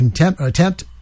attempt